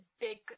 big